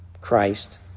Christ